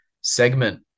segment